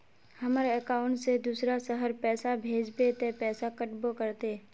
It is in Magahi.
हमर अकाउंट से दूसरा शहर पैसा भेजबे ते पैसा कटबो करते?